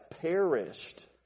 perished